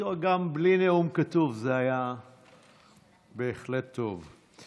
גם בלי נאום כתוב, זה היה בהחלט טוב.